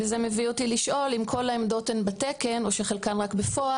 וזה מביא אותי לשאול: האם כל העמדות הן בתקן או שחלקן רק בפועל?